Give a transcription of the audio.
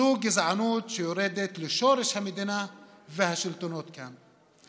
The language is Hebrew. זו גזענות שיורדת לשורש המדינה והשלטונות כאן.